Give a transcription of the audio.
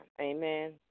Amen